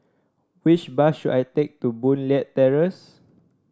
which bus should I take to Boon Leat Terrace